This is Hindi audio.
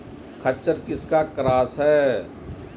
खच्चर किसका क्रास है?